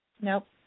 nope